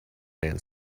man